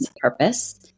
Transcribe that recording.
purpose